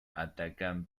atacan